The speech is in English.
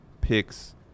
picks